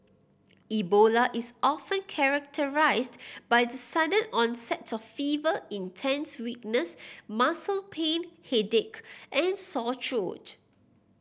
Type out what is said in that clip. Ebola is often characterised by the sudden onset of fever intense weakness muscle pain headache and sore throat